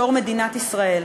בתור מדינת ישראל,